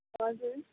हजुर